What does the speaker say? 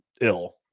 ill